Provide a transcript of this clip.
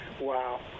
Wow